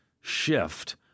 shift